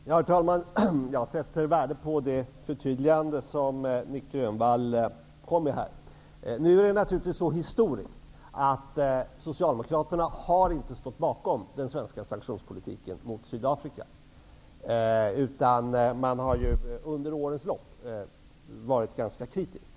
Herr talman! Jag sätter värde på det förtydligande som Nic Grönvall gjorde. Nu är det historiskt så att Moderaterna inte har stått bakom den svenska sanktionspolitiken mot Sydafrika, utan under årens lopp har varit ganska kritiska.